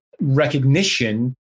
recognition